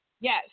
Yes